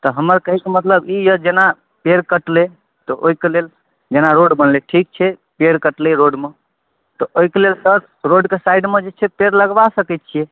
तऽ हमर कहै कऽ मतलब ई यऽ जेना पेड़ कटलै तऽ ओहि कऽ लेल जेना रोड बनलै ठीक छै पेड़ कटलै रोडमे तऽ ओहि कऽ लेल सब रोड कऽ साइडमे जे छै से पेड़ लगबा सकैत छियै